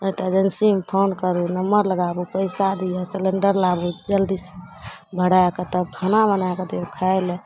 नहि तऽ एजेन्सीमे फोन करू नम्बर लगाबू पइसा दिऔ सिलेण्डर लाबू जल्दीसन भरैके तब खाना बनैके देब खाइलए